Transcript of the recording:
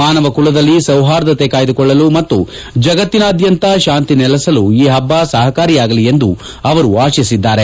ಮಾನವ ಕುಲದಲ್ಲಿ ಸೌರ್ಹಾದತೆ ಕಾಯ್ದುಕೊಳ್ಳಲು ಮತ್ತು ಜಗತ್ತಿನಾದ್ಯಂತ ಶಾಂತಿ ನೆಲೆಸಲು ಈ ಹಬ್ಬ ಸಹಕಾರಿಯಾಗಲಿ ಎಂದು ಅವರು ಅಶಿಸಿದ್ದಾರೆ